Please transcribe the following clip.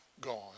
gone